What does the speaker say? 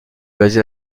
basé